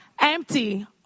Empty